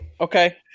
Okay